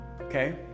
Okay